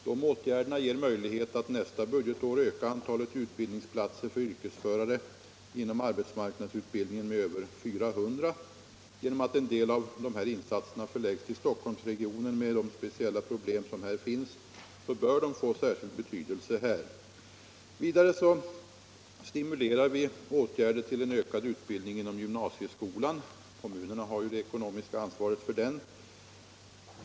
Dessa åtgärder ger möjligheter aut nästa budgetår öka antalet utbildningsplatser för yrkesförare inom arbetsmarknadsutbildningen med ca 400. Genom att en del av dessa insatser förläggs till Stockholmsregionen med dess speciella problem bör de få särskild betydelse här. Vidare stimulerar regeringen åtgärder till en ökad utbildning inom gymnasieskolan. Kommunerna har ju det ekonomiska ansvaret för den utbildningen.